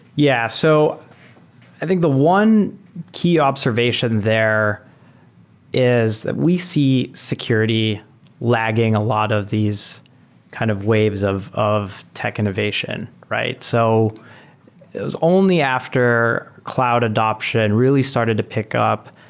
yeah. so i think the one key observation there is we see security lagging a lot of these kind of waves of of tech innovation, right? so it was only after cloud adaption really started to pick up,